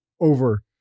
over